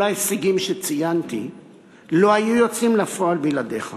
כל ההישגים שציינתי לא היו יוצאים לפועל בלעדיך